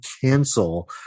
cancel